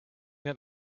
that